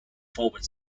forward